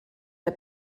der